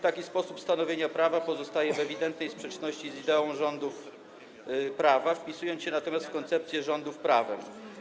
Taki sposób stanowienia prawa pozostaje w ewidentnej sprzeczności z ideą rządów prawa, wpisuje się natomiast w koncepcję rządów prawem.